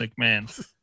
McMahon